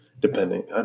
depending